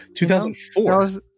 2004